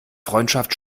freundschaft